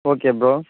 okay bro